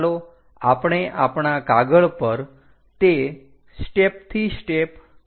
ચાલો આપણે આપણાં કાગળ પર તે સ્ટેપથી સ્ટેપ કરીએ